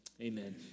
Amen